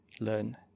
learn